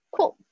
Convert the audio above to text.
Cool